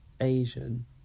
Asian